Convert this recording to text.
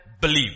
believe